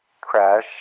crash